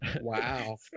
Wow